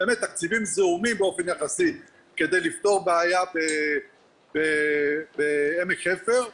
באמת תקציבים זעומים באופן יחסי כדי לפתור בעיה בעמק חפר.